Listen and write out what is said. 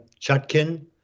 Chutkin